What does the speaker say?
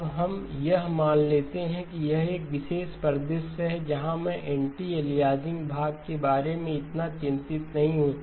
अब हम यह मान लेते हैं कि यह वह विशेष परिदृश्य है जहाँ मैं एंटी अलियासिंग भाग के बारे में इतना चिंतित नहीं हूँ